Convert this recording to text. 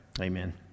Amen